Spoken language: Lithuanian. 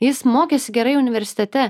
jis mokėsi gerai universitete